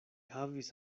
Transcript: havis